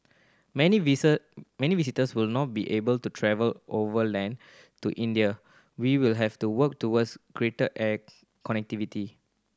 many many visitors will not be able to travel overland to India we will have to work towards greater air connectivity